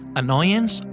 annoyance